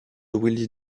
willie